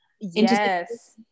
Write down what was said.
yes